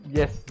yes